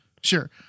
Sure